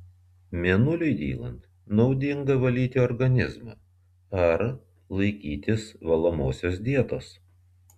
mėnuliui dylant naudinga valyti organizmą ar laikytis valomosios dietos